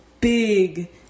big